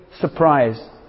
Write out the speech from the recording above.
surprise